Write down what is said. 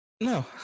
No